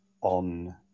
on